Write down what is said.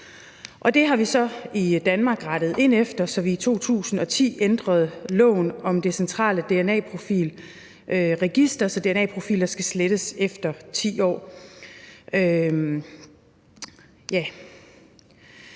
rettede vi så i Danmark ind efter, da vi i 2010 ændrede loven om Det Centrale Dna-profil-register, så dna-profiler skal slettes efter 10 år.